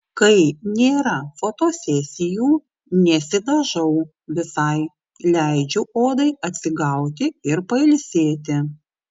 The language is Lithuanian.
kai nėra fotosesijų nesidažau visai leidžiu odai atsigauti ir pailsėti